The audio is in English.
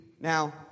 now